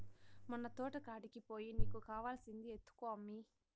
మన తోటకాడికి పోయి నీకు కావాల్సింది ఎత్తుకో అమ్మీ